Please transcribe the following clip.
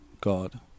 God